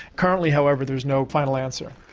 currently however there is no final answer.